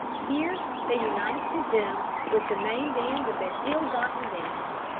here they united them with the main band of their ill-gotten gains,